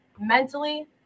mentally